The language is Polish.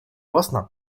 własna